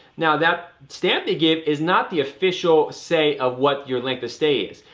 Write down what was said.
now that stamp they give is not the official say of what your length of stay is.